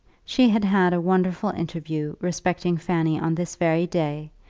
she had had a wonderful interview respecting fanny on this very day,